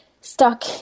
stuck